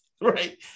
right